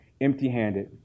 empty-handed